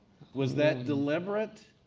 was that deliberate?